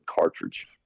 cartridge